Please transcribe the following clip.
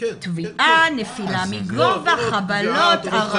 נפילה מגובה, חבלות, הרעלות.